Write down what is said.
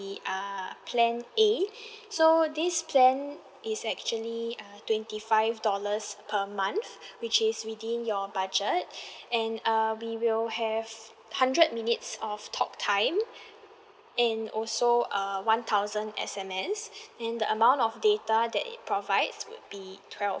err plan A so this plan is actually uh twenty five dollars per month which is within your budget and uh we will have hundred minutes of talk time and also uh one thousand S_M_S and the amount of data that it provides would be twelve